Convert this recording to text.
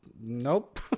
nope